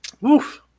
Woof